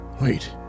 Wait